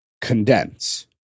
condense